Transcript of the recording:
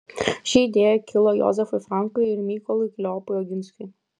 ši idėja kilo jozefui frankui ir mykolui kleopui oginskiui